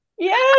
Yes